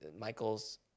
michael's